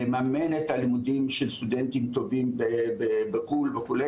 לממן את הלימודים של סטודנטים טובים בחו"ל וכו',